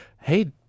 Hey